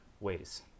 ways